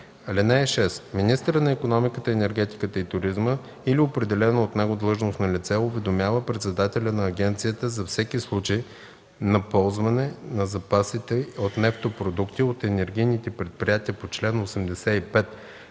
2. (6) Министърът на икономиката, енергетиката и туризма или определено от него длъжностно лице уведомява председателя на агенцията за всеки случай на ползване на запасите от нефтопродукти от енергийните предприятия по чл. 85,